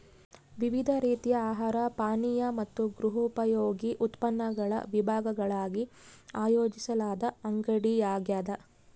ವಿವಿಧ ರೀತಿಯ ಆಹಾರ ಪಾನೀಯ ಮತ್ತು ಗೃಹೋಪಯೋಗಿ ಉತ್ಪನ್ನಗಳ ವಿಭಾಗಗಳಾಗಿ ಆಯೋಜಿಸಲಾದ ಅಂಗಡಿಯಾಗ್ಯದ